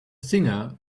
singer